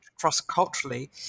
cross-culturally